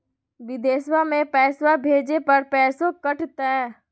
बिदेशवा मे पैसवा भेजे पर पैसों कट तय?